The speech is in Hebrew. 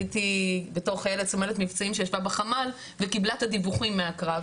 הייתי בתור חיילת סמלת מבצעים שישבה בחמ"ל וקיבלה את הדיווחים מהקרב,